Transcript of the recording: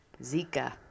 Zika